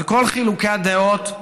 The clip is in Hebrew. על כל חילוקי הדעות,